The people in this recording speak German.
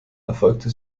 erfolgte